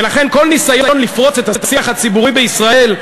ולכן כל הניסיון לפרוץ את השיח הציבורי בישראל,